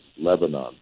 Lebanon